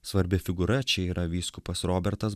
svarbia figūra čia yra vyskupas robertas